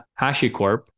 HashiCorp